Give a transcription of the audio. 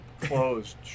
closed